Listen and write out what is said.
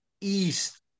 east